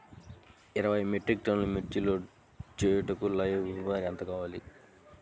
ఇరవై మెట్రిక్ టన్నులు మిర్చి లోడ్ చేయుటకు లేబర్ ఛార్జ్ ఎంత?